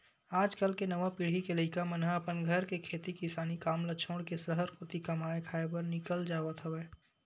आज कल के नवा पीढ़ी के लइका मन ह अपन घर के खेती किसानी काम ल छोड़ के सहर कोती कमाए खाए बर निकल जावत हवय